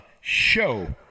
show